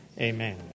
Amen